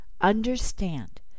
understand